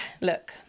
Look